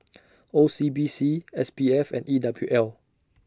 O C B C S P F and E W L